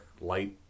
light